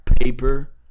paper